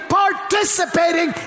participating